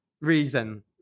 reason